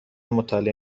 مطالعه